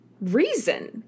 reason